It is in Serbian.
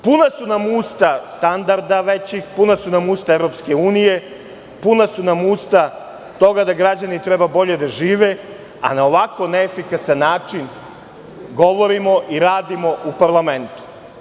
Puna su nam usta standarda većih, puna su nam usta EU, puna su nam usta toga da građani mogu da žive bolje, a na ovako neefikasan način, govorimo i radimo u parlamentu.